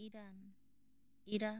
Iran Iraq